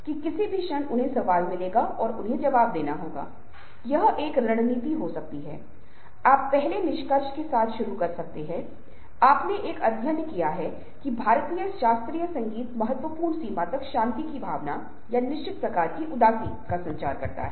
यदि आप एक सौ साल पहले के वैज्ञानिक साहित्य को देखें और आप आज के ग्राफ़िक्स को देखे अगर आप ग्राफ़ को देखे अगर आप आँकड़ों के विजुअल को देखे तो आप पाते हैं कि आज यह बहुत बेहतर है बहुत अधिक शक्तिशाली है बहुत अधिक नवीन और रचनात्मक रूप से एनिमेटेड भी डिज़ाइन किया गया है